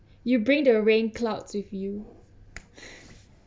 you bring the rain clouds with you